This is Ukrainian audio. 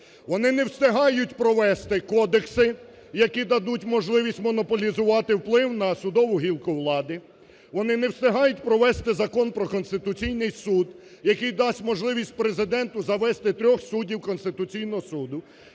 Вони не встигають провести кодекси, які дадуть можливість монополізувати вплив на судову гілку влади. Вони не встигають провести закон про Конституційний Суд, який дасть можливість Президенту завести трьох суддів Конституційного Суду